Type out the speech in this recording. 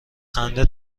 خنده